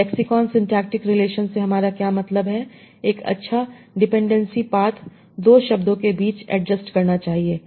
तो lexicon syntactic relation से हमारा क्या मतलब है एक अच्छा डिपेंडेंसी पाथ 2 शब्दों के बीच एडजस्ट करना चाहिए